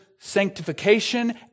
Sanctification